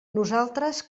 nosaltres